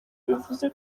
bivuze